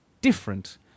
different